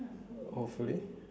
hopefully